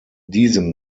diesem